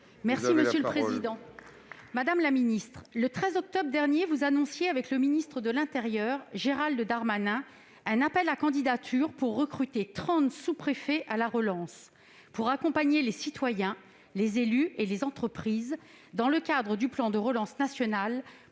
et de la fonction publiques, le 13 octobre dernier, vous annonciez avec le ministre de l'intérieur, Gérald Darmanin, un appel à candidatures pour recruter trente « sous-préfets à la relance », afin d'accompagner les citoyens, les élus et les entreprises dans le cadre du plan de relance national pour